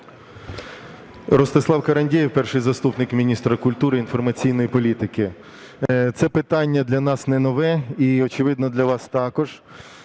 Ростислав Карандєєв, перший заступник міністра культури, інформаційної політики. Це питання для нас не нове і, очевидно, для вас також.